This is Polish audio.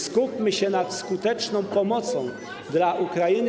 Skupmy się nad skuteczną pomocą dla Ukrainy.